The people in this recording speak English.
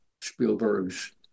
Spielberg's